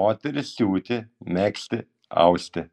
moterys siūti megzti austi